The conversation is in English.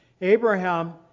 Abraham